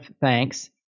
thanks